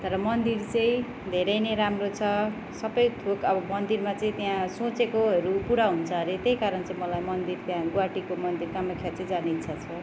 तर मन्दिर चाहिँ धेरै नै राम्रो छ सबै थोक अब मन्दिरममा चाहिँ त्यहाँ सोचेकोहरू पुरा हुन्छ रे त्यही कारण चाहिँ मलाई मन्दिर त्यहाँ गुवाहटीको मन्दिर कामख्या चाहिँ जाने इच्छा छ